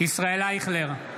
ישראל אייכלר,